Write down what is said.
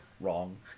wrong